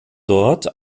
dort